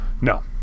No